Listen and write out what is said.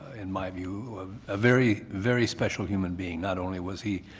in my view a very, very special human being. not only was he